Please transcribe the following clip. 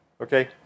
okay